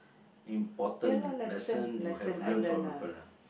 important lesson you have learnt from your parent